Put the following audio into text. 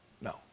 No